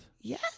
Yes